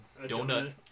donut